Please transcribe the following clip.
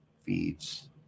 feeds